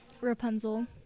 Rapunzel